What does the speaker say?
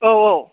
औ औ